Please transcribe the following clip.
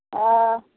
हँ